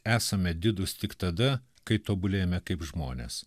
esame didūs tik tada kai tobulėjame kaip žmonės